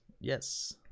yes